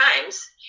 times